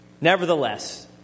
Nevertheless